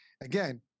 again